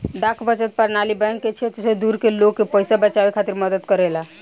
डाक बचत प्रणाली बैंक के क्षेत्र से दूर के लोग के पइसा बचावे में मदद करेला